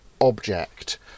object